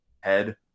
head